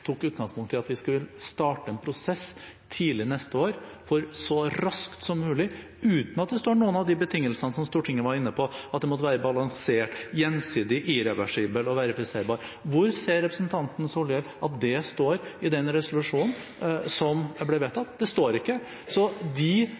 tok utgangspunkt i at vi skulle starte en prosess tidlig neste år, så raskt som mulig – uten at det sto nevnt noen av de betingelsene som Stortinget var inne på, at den måtte være «balansert, gjensidig, irreversibel og verifiserbar». Hvor i den resolusjonen som ble vedtatt, ser representanten Solhjell at det står? Det står ikke – de premissene som